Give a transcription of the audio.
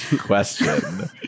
question